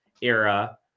era